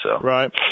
Right